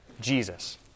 Jesus